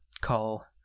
call